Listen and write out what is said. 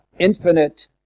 infinite